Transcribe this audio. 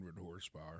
horsepower